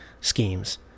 schemes